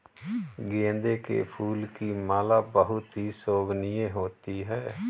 गेंदे के फूल की माला बहुत ही शोभनीय होती है